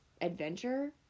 Adventure